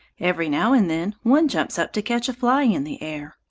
every now and then one jumps up to catch a fly in the air,